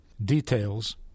details